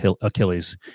Achilles